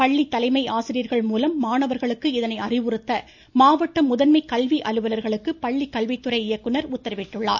பள்ளி தலைமை ஆசிரியர்கள் மூலம் மாணவர்களுக்கு இதனை அறிவுறுத்த மாவட்ட முதன்மை கல்வி அலுவலர்களுக்கு பள்ளி கல்வித்துறை இயக்குநர் உத்தரவிட்டுள்ளார்